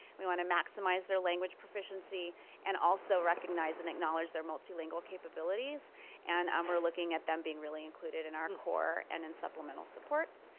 we want to maximize their language proficiency and also recognize and acknowledge their multi-lingual capabilities and um we're looking at them being really included in our core and in supplemental supports.